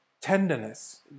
tenderness